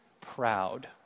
proud